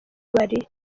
bari